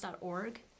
org